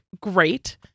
great